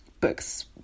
books